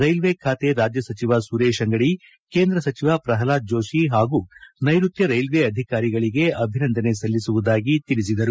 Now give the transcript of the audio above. railway ಖಾತೆ ರಾಜ್ಯ ಸಚಿವ ಸುರೇಶ ಅಂಗಡಿ ಕೇಂದ್ರ ಸಚಿವ ಪ್ರಲ್ಹಾದ್ ಜೋಷಿ ಹಾಗೂ ನೈರುತ್ತ ರೈಲ್ವೆ ಅಧಿಕಾರಿಗಳಿಗೆ ಅಭಿನಂದನೆ ಸಲ್ಲಿಸುವುದಾಗಿ ತಿಳಿಸಿದರು